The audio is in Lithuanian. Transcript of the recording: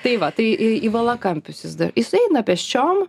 tai va tai į į valakampius jis jis eina pėsčiom